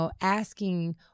asking